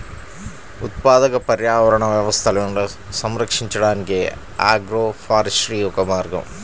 ఉత్పాదక పర్యావరణ వ్యవస్థలను సంరక్షించడానికి ఆగ్రోఫారెస్ట్రీ ఒక మార్గం